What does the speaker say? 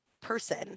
person